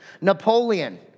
Napoleon